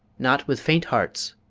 not with faint hearts,